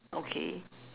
okay